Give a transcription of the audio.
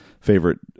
favorite